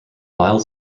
wild